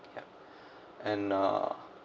yup and uh